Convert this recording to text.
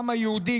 העם היהודי,